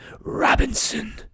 Robinson